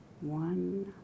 One